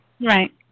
Right